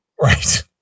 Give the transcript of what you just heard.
Right